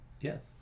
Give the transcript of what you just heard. Yes